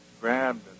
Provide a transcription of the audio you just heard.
grabbed